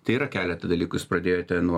tai yra keletą dalykų jūs pradėjote nuo